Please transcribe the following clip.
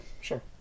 sure